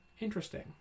Interesting